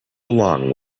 along